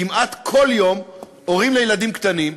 כמעט כל יום הורים לילדים קטנים,